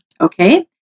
Okay